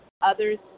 others